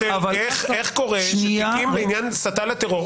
-- איך קורה שתיקים בעניין הסתה לטרור,